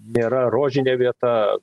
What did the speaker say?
nėra rožinė vieta